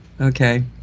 okay